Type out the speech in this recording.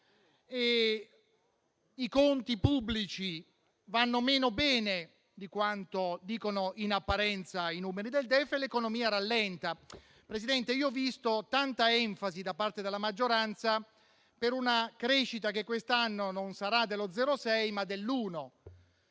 I conti pubblici vanno meno bene di quanto dicono in apparenza i numeri del DEF e l'economia rallenta. Signor Presidente, ho visto tanta enfasi da parte della maggioranza per una crescita che quest'anno non sarà dello 0,6 per